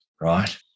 right